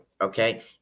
Okay